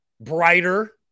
brighter